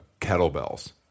kettlebells